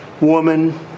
woman